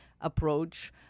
approach